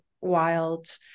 wild